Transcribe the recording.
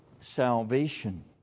salvation